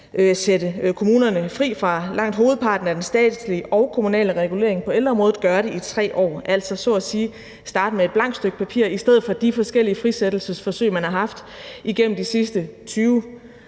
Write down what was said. sætte kommunerne fri fra langt hovedparten af den statslige og kommunale regulering på ældreområdet og at gøre det i 3 år. Det handler altså så at sige om at starte med et blankt stykke papir. I stedet for de forskellige frisættelsesforsøg, man har haft igennem de sidste mere